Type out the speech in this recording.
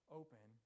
open